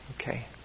Okay